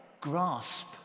grasp